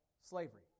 Slavery